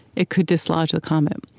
it could dislodge a comet.